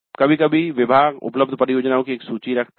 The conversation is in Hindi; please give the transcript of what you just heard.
कभी कभी विभाग उपलब्ध परियोजनाओं की एक सूची रखता है